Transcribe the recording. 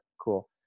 cool